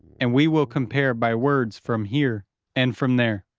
and we will compare by words from here and from there.